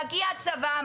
מגיע הצבא,